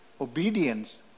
Obedience